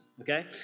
Okay